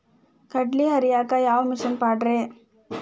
ಕಡ್ಲಿ ಹರಿಯಾಕ ಯಾವ ಮಿಷನ್ ಪಾಡ್ರೇ?